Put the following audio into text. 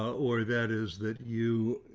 or that is that you,